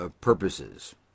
purposes